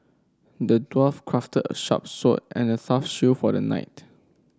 the dwarf crafted a sharp sword and a tough shield for the knight